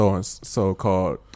so-called